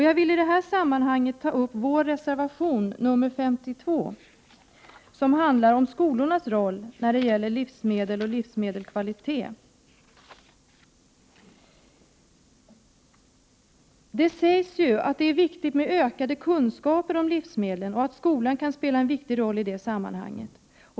Jag vill i sammanhanget beröra vår reservation, nr 52, som handlar om skolornas roll vad gäller livsmedel och livsmedelskvalitet. Det sägs att det är viktigt med ökade kunskaper om livsmedel och att skolan kan spela en viktig roll i det sammanhanget.